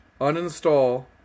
uninstall